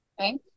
Okay